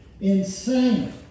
insane